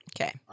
Okay